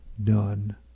done